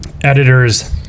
editors